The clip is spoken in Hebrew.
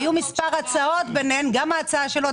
היו מספר הצעות, ביניהן גם ההצעה שלו.